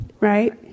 Right